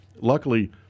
luckily